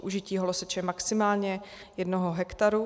Použití holoseče maximálně jednoho hektaru.